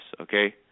okay